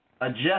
adjust